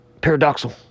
Paradoxal